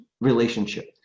relationship